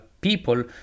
people